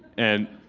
and.